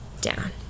down